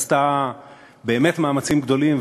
עשתה באמת מאמצים גדולים,